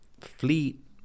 fleet